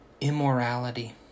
immorality